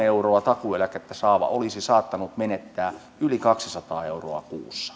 euroa takuueläkettä saava olisi saattanut menettää yli kaksisataa euroa kuussa